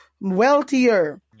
wealthier